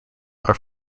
are